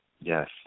Yes